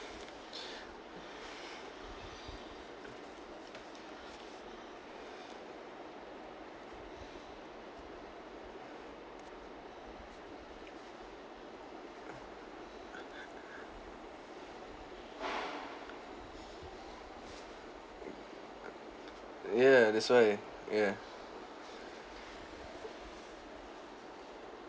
ya that's why ya